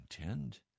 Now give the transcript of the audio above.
intend